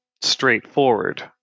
straightforward